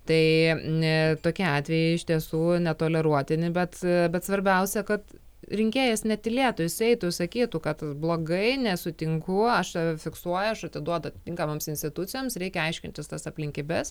tai tokie atvejai iš tiesų netoleruotini bet bet svarbiausia kad rinkėjas netylėtų jis eitų sakytų kad blogai nesutinku aš fiksuoja aš atiduodat atitinkamoms institucijoms reikia aiškintis tas aplinkybes